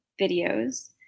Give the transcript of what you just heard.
videos